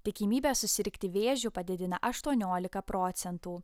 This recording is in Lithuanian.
tikimybę susirgti vėžiu padidina aštuoniolika procentų